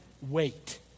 wait